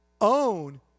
own